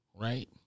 right